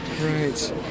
right